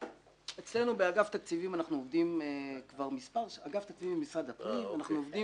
אצלנו באגף תקציבים במשרד הפנים אנחנו עובדים